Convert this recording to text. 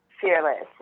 fearless